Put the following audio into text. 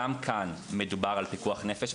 גם כאן מדובר על פיקוח נפש,